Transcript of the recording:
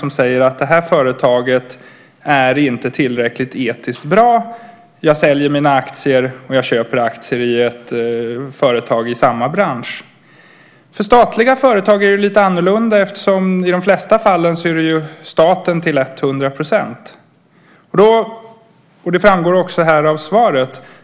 De säger då att företaget inte är tillräckligt etiskt bra. De säljer sina aktier och köper aktier i ett företag i samma bransch. För statliga företag är det lite annorlunda eftersom det i de flesta fallen är fråga om hundraprocentigt statligt ägande. Det framgår också av svaret.